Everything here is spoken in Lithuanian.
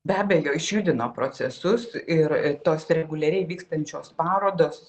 be abejo išjudino procesus ir tos reguliariai vykstančios parodos